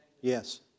Yes